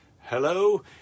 hello